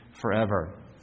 forever